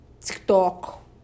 TikTok